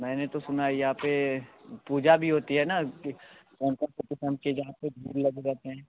मैंने तो सुना है यहाँ पर पूजा भी होती है न की लग जाते हैं